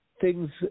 thing's